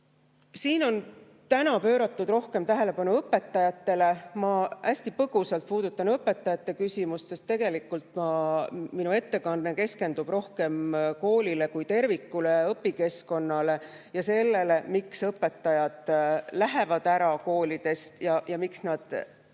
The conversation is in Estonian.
Siin on täna pööratud rohkem tähelepanu õpetajatele. Ma hästi põgusalt puudutan õpetajate küsimust, sest tegelikult minu ettekanne keskendub rohkem koolile kui tervikule, õpikeskkonnale ja sellele, miks õpetajad lähevad koolidest ära ja miks nad